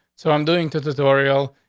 so i'm doing two tutorial.